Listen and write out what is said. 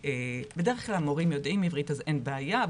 בדרך כלל הורים יודעים עברית אז אין בעיה,